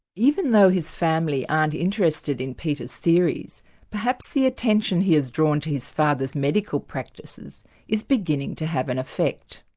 even though his family aren't interested in peter's theories perhaps the attention he has drawn to his father's medical practices is beginning to have an effect.